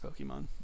Pokemon